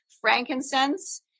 frankincense